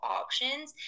options